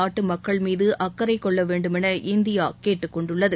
நாட்டு மக்கள் மீது அக்கறை கொள்ள வேண்டுமென இந்தியா கேட்டுக் கொண்டுள்ளது